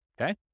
okay